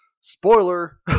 spoiler